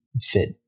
fit